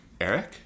Eric